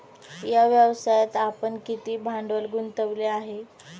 या व्यवसायात आपण किती भांडवल गुंतवले आहे?